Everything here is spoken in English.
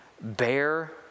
bear